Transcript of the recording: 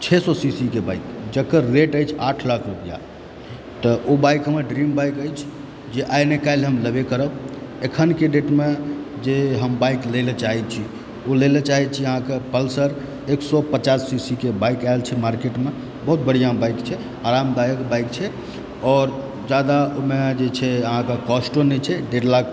छे सए सीसीके बाइक जकर रेट अछि आठ लाख रुपया तऽ ओ बाइक हमर ड्रीम बाइक अछि जे आइ नहि कयल हम लेबय करब अखनके डेटमे जे हम बाइक लए ला चाहय छी ओ लै लऽ चाहय छी अहाँकेँ पल्सर एक सए पचास सीसीके बाइक आएल छै मार्केटम बहुत बढ़िआँ बाइक छै आरामदायक बाइक छै आओर जादा ओहिमे जे छै अहाँकेँ कोस्टो नहि छै डेढ़ लाख